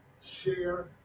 share